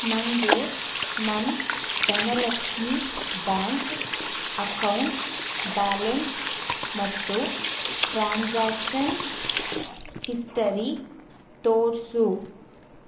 ನನಗೆ ನನ್ನ Dhanlaxmi bank account balance ಮತ್ತು ಟ್ರಾನ್ಸಾಕ್ಷನ್ ಹಿಸ್ಟರಿ ತೋರಿಸು